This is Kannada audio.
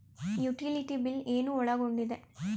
ಯುಟಿಲಿಟಿ ಬಿಲ್ ಏನು ಒಳಗೊಂಡಿದೆ?